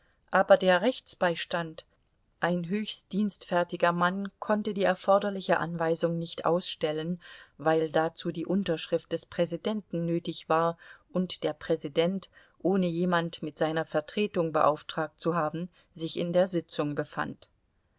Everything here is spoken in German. aber der rechtsbeistand ein höchst dienstfertiger mann konnte die erforderliche anweisung nicht ausstellen weil dazu die unterschrift des präsidenten nötig war und der präsident ohne jemand mit seiner vertretung beauftragt zu haben sich in der sitzung befand